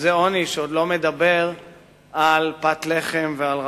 וזה עוני שעוד לא מדבר על פת לחם ועל רעב.